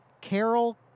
Carol